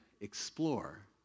explore